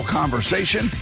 conversation